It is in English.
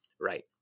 Right